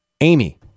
Amy